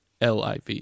LIV